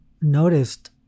noticed